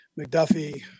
McDuffie